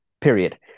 period